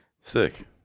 Sick